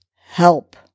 help